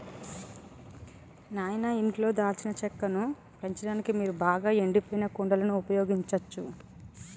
నాయిన ఇంట్లో దాల్చిన చెక్కను పెంచడానికి మీరు బాగా ఎండిపోయిన కుండలను ఉపయోగించచ్చు